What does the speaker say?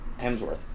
Hemsworth